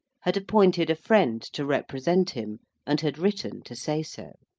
had appointed a friend to represent him and had written to say so.